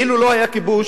ואילו לא היה כיבוש,